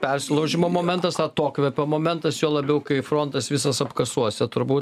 persilaužimo momentas atokvėpio momentas juo labiau kai frontas visas apkasuose turbūt